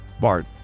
Bart